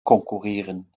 konkurrieren